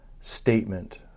statement